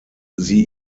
sie